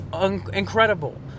incredible